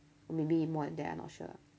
or maybe more than I not sure